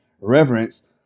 reverence